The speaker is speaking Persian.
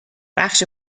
بخش